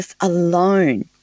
alone